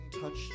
touched